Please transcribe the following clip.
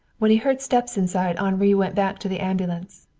when he heard steps inside henri went back to the ambulance.